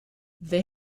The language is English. they